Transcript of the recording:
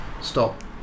stop